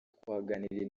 twaganiriye